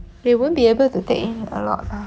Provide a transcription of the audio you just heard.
they won't be able to take in a lot ah